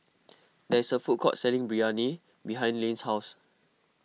there is a food court selling Biryani behind Lane's house